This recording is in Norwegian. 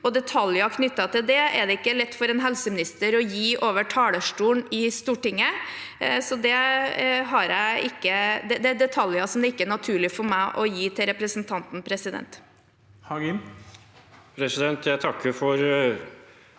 er det ikke lett for en helseminister å gi over talerstolen i Stortinget. Det er detaljer som det ikke er naturlig for meg å gi til representanten.